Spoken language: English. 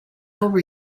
over